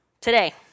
today